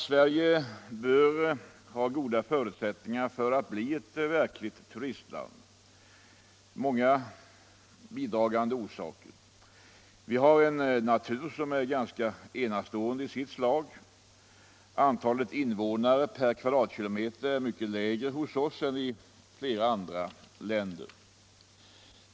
Sverige bör ha goda förutsättningar för att bli ett verkligt 115 turistland. Vi har en natur som är ganska enastående i sitt slag. Antalet invånare per kvadratkilometer är mycket lägre hos oss än i flera andra länder.